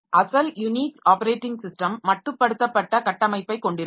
அசல் Unix operating system மட்டுப்படுத்தப்பட்ட கட்டமைப்பைக் கொண்டிருந்தது